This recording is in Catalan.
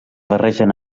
barregen